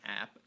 app